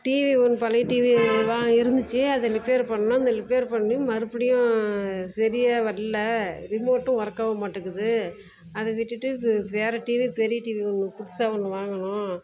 TV ஒன்று பழைய TV வா தான் இருந்துச்சு அதை லில்பேர் பண்ணிணோம் அந்த லிப்பேர் பண்ணி மறுபடியும் சரியா வர்லை ரிமோட்டும் ஒர்க்காக மாட்டேங்குது அதை விட்டுவிட்டு இப்போ வேறு டிவி பெரிய டிவி ஒன்று புதுசாக ஒன்று வாங்கினோம்